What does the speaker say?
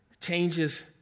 changes